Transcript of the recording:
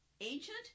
ancient